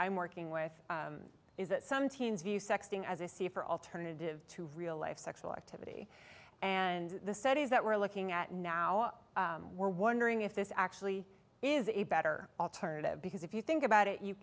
i'm working with is that some teens view sexting as a safer alternative to real life sexual activity and the studies that we're looking at now we're wondering if this actually is a better alternative because if you think about it you